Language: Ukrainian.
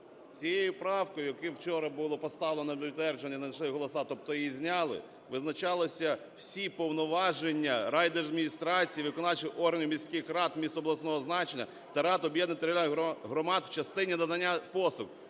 цією правкою, яку вчора було поставлено на підтвердження, не знайшли голоси, тобто її зняли, визначалися всі повноваження райдержадміністрацій, виконавчих органів міських рад, міст обласного значення та рад об'єднаних територіальних громад в частині надання послуг.